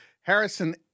Harrison